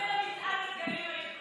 את מצעד הדגלים הליכוד עשה.